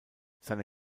seine